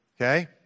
Okay